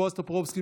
בועז טופורובסקי,